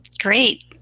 Great